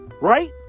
right